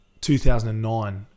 2009